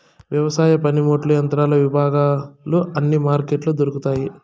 వ్యవసాయ పనిముట్లు యంత్రాల విభాగాలు అన్ని మార్కెట్లో దొరుకుతాయి